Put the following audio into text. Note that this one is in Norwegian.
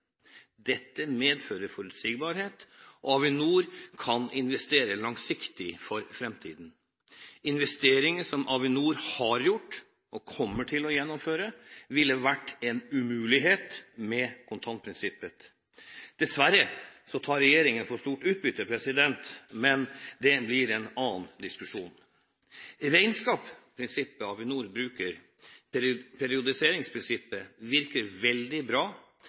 Dette medfører forutsigbarhet, og Avinor kan investere langsiktig for framtiden. Investeringer som Avinor har gjort og kommer til å gjennomføre, ville vært en umulighet med kontantprinsippet. Dessverre tar regjeringen for stort utbytte, men det blir en annen diskusjon. Regnskapsprinsippet Avinor bruker, periodiseringsprinsippet, virker veldig bra,